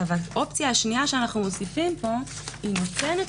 האופציה השנייה שאנו מוסיפים פה נותנת